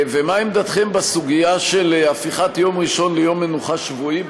ומה עמדתכם בסוגיה של הפיכת יום ראשון ליום מנוחה שבועי?